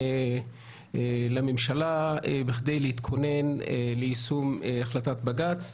לממשלה בכדי להתכונן ליישום החלטת בג"ץ,